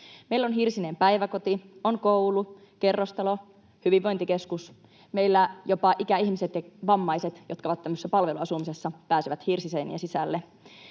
Meillä on hirsinen päiväkoti, koulu, kerrostalo, hyvinvointikeskus. Meillä jopa ikäihmiset ja vammaiset, jotka ovat tämmöisessä palveluasumisessa, pääsevät hirsiseinien sisälle.